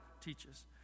teaches